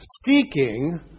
seeking